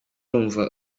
urumva